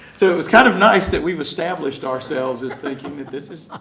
so it was kind of nice that we've established ourselves as thinking that this is,